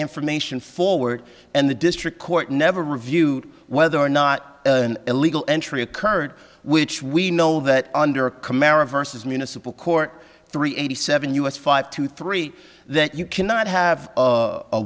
information forward and the district court never reviewed whether or not an illegal entry occurred which we know that under a camaro versus municipal court three eighty seven us five to three that you cannot have